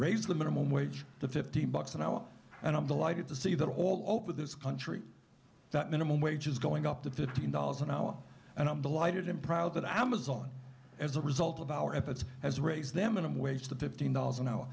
raise the minimum wage to fifteen bucks an hour and i'm delighted to see that all over this country that minimum wage is going up to fifteen dollars an hour and i'm delighted i'm proud that i'm a zone as a result of our efforts as raise them minimum wage to fifteen dollars an hour